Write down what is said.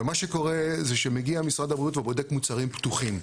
ומה שקורה זה שמגיע משרד הבריאות ובודק מוצרים פתוחים.